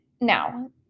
now